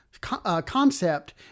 concept